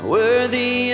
worthy